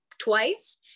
twice